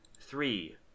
Three